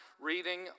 reading